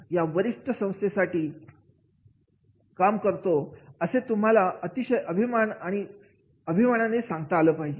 या विशिष्ट संस्थेसाठी काम करतो असे तुम्हाला अतिशय अभिमान आणि म्हणता आलं पाहिजे